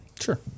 Sure